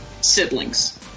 siblings